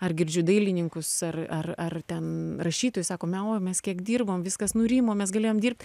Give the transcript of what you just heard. ar girdžiu dailininkus ar ar ten rašytojų sako o mes kiek dirbom viskas nurimo mes galėjom dirbt